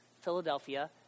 Philadelphia